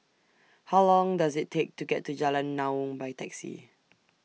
How Long Does IT Take to get to Jalan Naung By Taxi